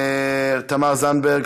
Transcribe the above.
תמר זנדברג,